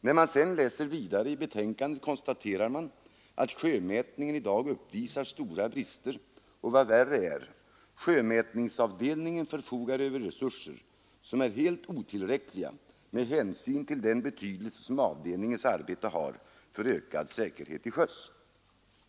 När man sedan läser vidare i betänkandet konstaterar man att sjömätningen i dag uppvisar stora brister och, vad värre är, att sjömätningsavdelningen förfogar över resurser som är helt otillräckliga med hänsyn till den betydelse som avdelningens arbete har för ökad säkerhet till sjöss.